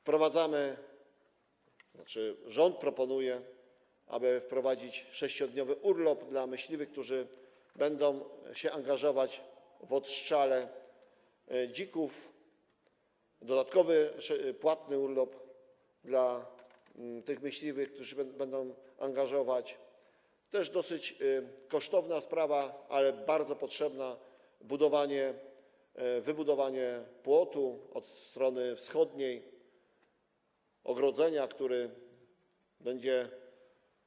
Wprowadzamy, tzn. rząd proponuje, aby wprowadzić, 6-dniowy urlop dla myśliwych, którzy będą się angażować w odstrzał dzików, a także dodatkowy płatny urlop dla tych myśliwych, którzy będą się angażować - to też dosyć kosztowna sprawa, ale bardzo potrzebna - w budowanie, wybudowanie płotu od strony wschodniej, ogrodzenia, które będzie